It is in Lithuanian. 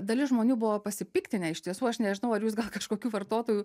dalis žmonių buvo pasipiktinę iš tiesų aš nežinau ar jūs gal kažkokių vartotojų